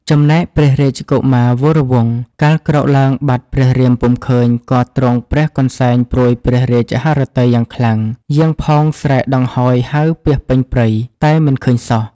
ចំណែកព្រះរាជកុមារវរវង្ស កាលក្រោកឡើងបាត់ព្រះរៀមពុំឃើញ ក៏ទ្រង់ព្រះកន្សែងព្រួយព្រះរាជហឫទ័យយ៉ាងខ្លាំង យាងផងស្រែកដង្ហោយហៅពាសពេញព្រៃ តែមិនឃើញសោះ។